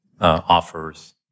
offers